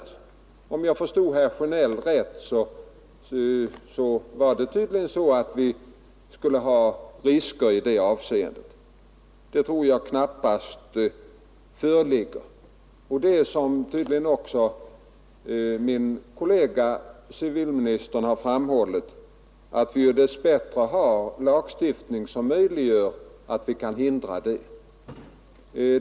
Om jag förstod herr Sjönell rätt var det tydligen så, att det skulle finnas sådana risker. Någon sådan risk tror jag knappast föreligger. Och det är som tydligen också min kollega civilministern framhållit, att vi dessbättre har en lagstiftning som gör det möjligt att hindra detta.